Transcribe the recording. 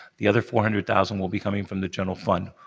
the other four hundred thousand will be coming from the general fund.